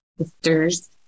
sisters